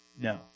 No